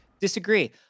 Disagree